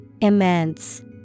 Immense